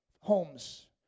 homes